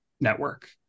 network